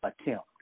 attempt